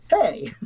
hey